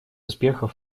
успехов